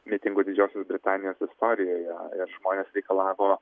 mitingų didžiosios britanijos istorijoje ir žmonės reikalavo